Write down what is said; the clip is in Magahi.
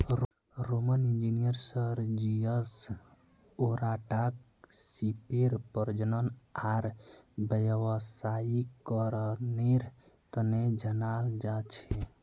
रोमन इंजीनियर सर्जियस ओराटाक सीपेर प्रजनन आर व्यावसायीकरनेर तने जनाल जा छे